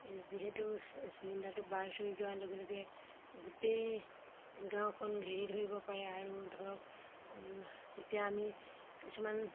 যিহেতু চিলিণ্ডাৰটো বাৰ্ষ্ট হৈ যোৱাৰ লগে লগে গোটেই গাঁওখন ঘেৰি ধৰিব পাৰে আৰু ধৰক তেতিয়া আমি কিছুমান